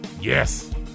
Yes